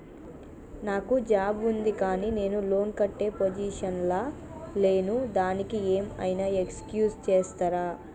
నాకు జాబ్ ఉంది కానీ నేను లోన్ కట్టే పొజిషన్ లా లేను దానికి ఏం ఐనా ఎక్స్క్యూజ్ చేస్తరా?